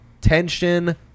tension